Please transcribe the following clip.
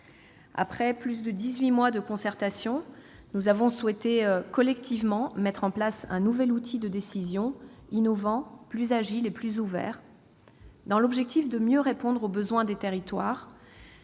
Après plus de dix-huit mois de concertation, nous avons collectivement souhaité mettre en place un nouvel outil de décision, innovant, plus agile et plus ouvert, dans l'objectif de mieux répondre aux besoins des territoires